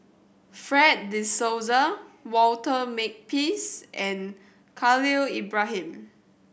Fred De Souza Walter Makepeace and Khalil Ibrahim